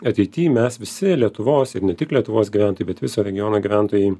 ateity mes visi lietuvos ir ne tik lietuvos gyventojai bet viso regiono gyventojai